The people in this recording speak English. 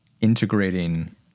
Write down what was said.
Integrating